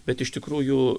bet iš tikrųjų